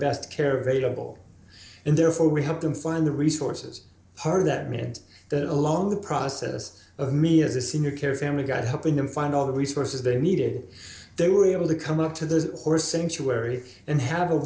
best care available and therefore we helped them find the resources part of that needed that alone the process of me as a senior care family guy helping them find all the resources they needed they were able to come up to the horse and she wary and have a